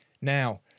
Now